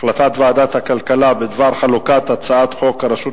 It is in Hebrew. ועדת הכלכלה בדבר חלוקת הצעת חוק הרשות